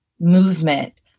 movement